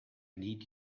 need